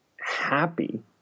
happy